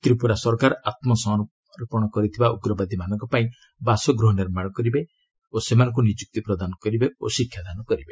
ତ୍ରିପୁରା ସରକାର ଆତ୍କସମର୍ପଣ କରିଥିବା ଉଗ୍ରବାଦୀମାନଙ୍କ ପାଇଁ ବାସଗୃହ ନିର୍ମାଣ କରିବେ ସେମାନଙ୍କୁ ନିଯୁକ୍ତି ପ୍ରଦାନ କରିବେ ଓ ଶିକ୍ଷାଦାନ କରିବେ